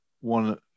one